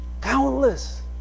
countless